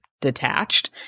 detached